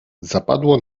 zapadło